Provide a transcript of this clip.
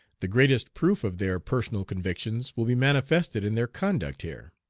the greatest proof of their personal convictions will be manifested in their conduct here.